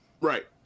right